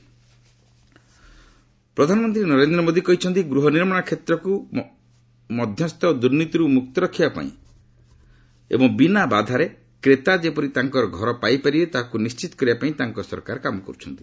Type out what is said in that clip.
PM Modi app ପ୍ରଧାନମନ୍ତ୍ରୀ ନରେନ୍ଦ୍ର ମୋଦି କହିଛନ୍ତି ଗୃହ ନିର୍ମାଣ କ୍ଷେତ୍ରରୁ ମଧ୍ୟସ୍ଥ ଓ ଦୁର୍ନୀତିରୁ ମୁକ୍ତ ରଖିବା ଏବଂ ବିନା ବାଧାରେ କ୍ରେତା ଯେପରି ତାଙ୍କର ଘର ପାଇପାରିବେ ତାହାକୁ ନିଶ୍ଚିତ କରିବା ପାଇଁ ତାଙ୍କ ସରକାର କାମ କରୁଛନ୍ତି